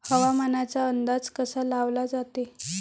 हवामानाचा अंदाज कसा लावला जाते?